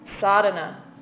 Sadhana